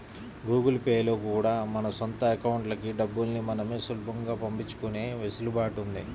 Google Pay లో కూడా మన సొంత అకౌంట్లకి డబ్బుల్ని మనమే సులభంగా పంపించుకునే వెసులుబాటు ఉంది